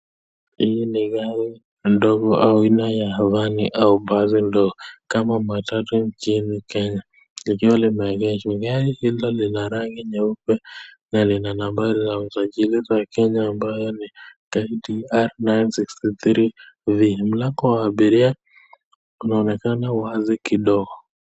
Hii ni gari ndogo au aina ya vani au basi ndogo kama matatu nchini Kenya. Likiwa limeegeshwa. Gari hili lina rangi nyeupe na lina nambari za usajili za Kenya ambayo ni KTR 963 V. Mlango wa abiria unaonekana wazi kidogo.